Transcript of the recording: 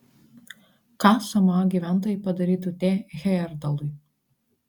ką samoa gyventojai padarytų t hejerdalui